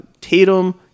Tatum